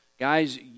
Guys